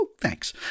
thanks